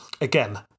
Again